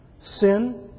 sin